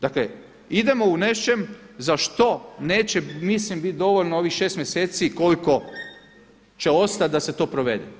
Dakle, idemo u nečem za što neće mislim bit dovoljno ovih šest mjeseci koliko će ostat da se to provede.